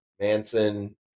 manson